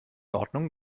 ordnung